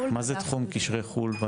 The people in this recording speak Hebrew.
תחום קשרי חו"ל?